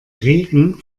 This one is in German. regen